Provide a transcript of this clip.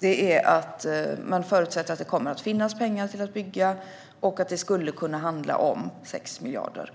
är att man förutsätter att det kommer att finnas pengar till att bygga och att det skulle kunna handla om 6 miljarder.